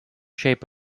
shape